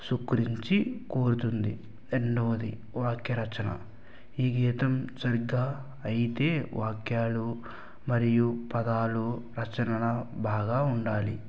సుక్రించి కోరుతుంది రెండవది వాక్యరచన ఈ గీతం సరిగ్గా అయితే వాక్యాలు మరియు పదాలు రచనల బాగా ఉండాలి